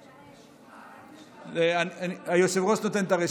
רק משפט אחרון --- היושב-ראש נותן את הרשות.